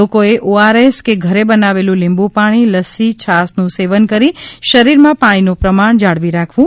લોકોએ ઓઆરએસ કે ઘરે બનાવેલ લીંબું પાણી લસ્સી છાશનું સેવન કરી શરીરમાં પાણીનું પ્રમાણ જાળવી રાખવું